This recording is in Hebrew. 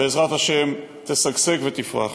בעזרת השם תשגשג ותפרח.